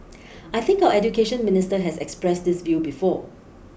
I think our Education Minister has expressed this view before